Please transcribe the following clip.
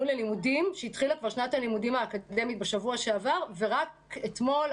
ללימודים לשנת הלימודים האקדמית שהתחילה בשבוע שעבר ורק אתמול,